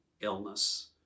illness